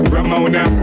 Ramona